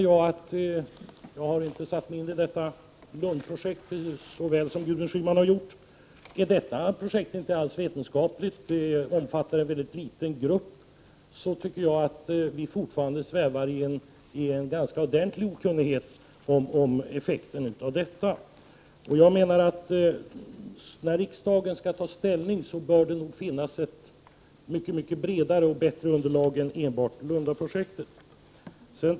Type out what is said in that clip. Jag har inte satt mig in i Lundaprojektet så väl som Gudrun Schyman har gjort, men jag vill ändå säga, att om det inte alls är vetenskapligt — det omfattar ju en mycket liten grupp — svävar vi fortfarande i okunnighet om effekterna av projektet. När riksdagen skall ta ställning bör det finnas ett mycket bredare och bättre underlag än enbart Lundaprojektet.